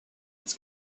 its